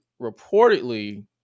reportedly